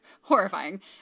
horrifying